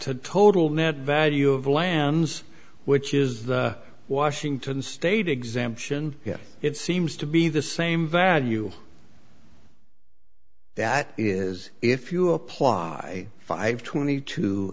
t total net value of lannes which is the washington state exemption it seems to be the same value that is if you apply five twenty two